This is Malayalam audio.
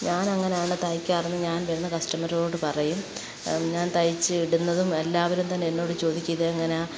ഞാനങ്ങനെയാണ് തയ്ക്കാറെന്നു ഞാൻ വരുന്ന കസ്റ്റമറോടു പറയും ഞാൻ തയ്ച്ച് ഇടുന്നതും എല്ലാവരുംതന്നെ എന്നോടു ചോദിക്കും ഇതെങ്ങനാ